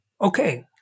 okay